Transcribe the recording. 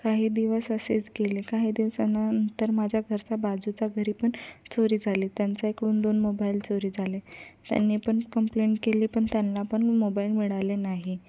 काही दिवस असेच गेले काही दिवसानंतर माझ्या घरच्या बाजूच्या घरी पण चोरी झाली त्यांच्या इकडून दोन मोबाईल चोरी झाले त्यांनी पण कंप्लेंट केली पण त्यांना पण मोबाईल मिळाले नाही